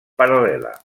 paral·lela